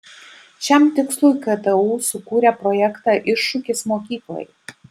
šiam tikslui ktu sukūrė projektą iššūkis mokyklai